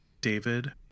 David